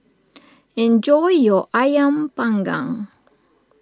enjoy your Ayam Panggang